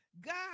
God